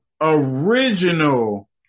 Original